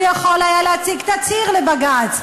הוא יכול היה להציג תצהיר לבג"ץ.